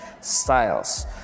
styles